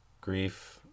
grief